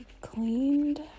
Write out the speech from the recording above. cleaned